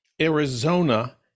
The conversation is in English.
Arizona